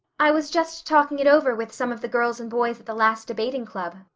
i was just talking it over with some of the girls and boys at the last debating club,